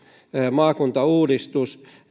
maakuntauudistus